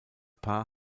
paar